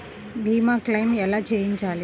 భీమ క్లెయిం ఎలా చేయాలి?